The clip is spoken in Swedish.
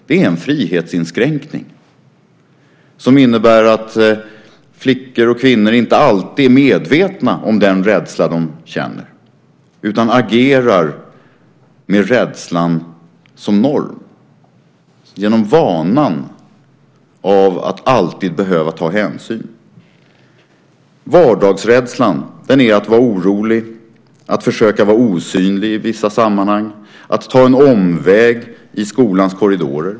Det är en frihetsinskränkning som innebär att flickor och kvinnor inte alltid är medvetna om den rädsla de känner utan agerar med rädslan som norm, genom vanan vid att alltid behöva ta hänsyn. Vardagsrädslan är att vara orolig, att försöka vara osynlig i vissa sammanhang, att ta en omväg i skolans korridorer.